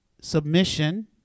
submission